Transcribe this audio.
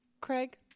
craig